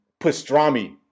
pastrami